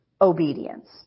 obedience